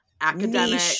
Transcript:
academic